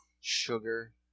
sugar